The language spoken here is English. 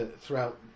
throughout